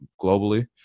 globally